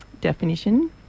definition